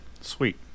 Sweet